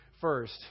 first